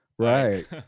Right